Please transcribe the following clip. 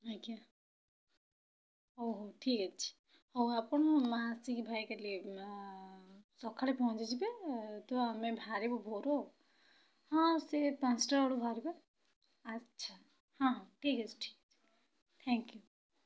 ଆଜ୍ଞା ହଉ ହଉ ଠିକ୍ ଅଛି ହଉ ଆପଣ ମାଆ ଆସିକି ଭାଇ କାଲି ସକାଳେ ପହଞ୍ଚିଯିବେ ତ ଆମେ ଭାରିବୁ ଭୋର୍ରୁ ଆଉ ହଁ ସେଇ ପାଞ୍ଚଟା ବେଳକୁ ବାହାରିବା ଆଛା ହଁ ହଁ ଠିକ୍ ଅଛି ଠିକ୍ ଅଛି ଥାଙ୍କ ୟୁ